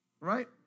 Right